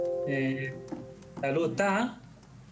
לרשותכם חמש דקות להציג